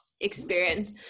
experience